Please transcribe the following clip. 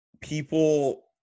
people